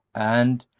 and,